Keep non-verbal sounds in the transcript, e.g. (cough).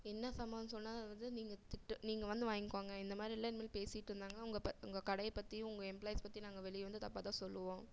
என்ன (unintelligible) சொன்னாலாவது நீங்க திட்டு நீங்க வந்து வாங்க்கோங்க இந்தமாதிரியெல்லாம் இனிமேல் பேசிட்டு இருந்தாங்கன்னால் உங்களை பத்தி உங்கள் கடையை பற்றியும் உங்கள் எம்ப்ளாயிஸ் பற்றி நாங்கள் வெளியே வந்து தப்பாக தான் சொல்லுவோம்